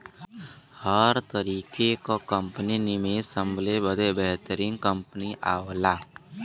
हर तरीके क निवेस संभले बदे बेहतरीन कंपनी आवला